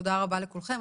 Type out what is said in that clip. תודה רבה לכולכם,